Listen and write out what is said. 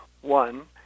One